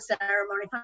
ceremony